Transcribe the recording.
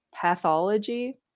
pathology